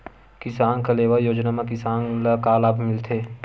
किसान कलेवा योजना म किसान ल का लाभ मिलथे?